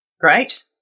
Great